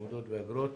תעודות ואגרות)